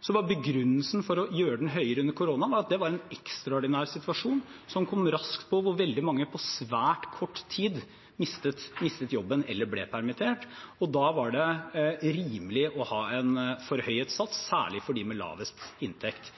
Så var begrunnelsen for å gjøre den høyere under koronaen at det var en ekstraordinær situasjon som kom raskt på, hvor veldig mange på svært kort tid mistet jobben eller ble permittert. Da var det rimelig å ha en forhøyet sats, særlig for dem med lavest inntekt.